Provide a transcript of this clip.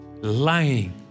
Lying